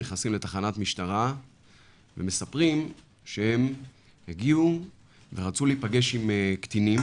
נכנסים לתחנת משטרה ומספרים שהם רצו להיפגש עם קטינים